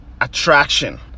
Attraction